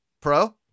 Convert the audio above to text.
pro